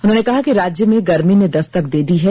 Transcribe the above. उन्होंने कहा कि राज्य में गर्मी ने दस्तक दे दी है